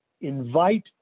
invite